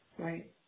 Right